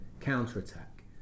counter-attack